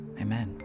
Amen